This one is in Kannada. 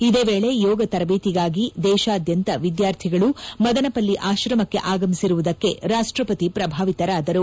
ಇದೇ ವೇಳೆ ಯೋಗ ತರಬೇತಿಗಾಗಿ ದೇಶಾದ್ಯಂತ ವಿದ್ಯಾರ್ಥಿಗಳು ಮದನಪಲ್ಲಿ ಆಶ್ರಮಕ್ಕೆ ಆಗಮಿಸಿರುವದಕ್ಕೆ ರಾಷ್ಟ್ಪತಿ ಪ್ರಭಾವಿತರಾದರು